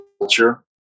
culture